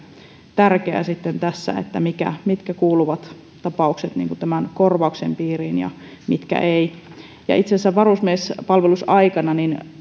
sitten tässä että mitkä tapaukset kuuluvat tämän korvauksen piiriin ja mitkä eivät itse asiassa varusmiespalvelusaikana